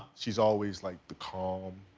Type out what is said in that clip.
she's always like the calm,